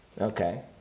Okay